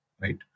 right